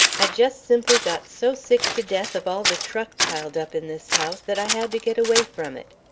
i just simply got so sick to death of all the truck piled up in this house that i had to get away from it.